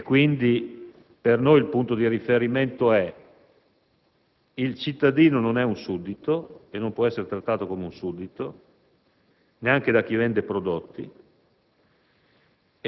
economici. Per noi il punto di riferimento è che il cittadino non è un suddito e non può essere trattato come un suddito neanche da chi vende prodotti.